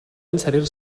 inserir